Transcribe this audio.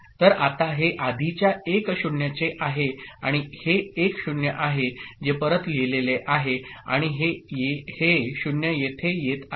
तर आत्ता हे आधीच्या 1 0 चे आहेआणि हे 1 0 आहे जे परत लिहिलेले आहे आणि हे 0 येथे येत आहे